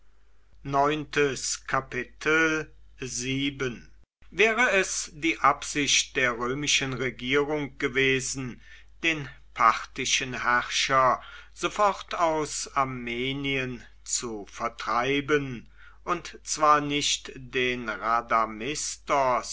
wäre es die absicht der römischen regierung gewesen den parthischen herrscher sofort aus armenien zu vertreiben und zwar nicht den